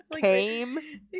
came